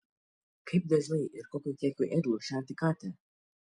kaip dažnai ir kokiu kiekiu ėdalo šerti katę